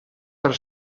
per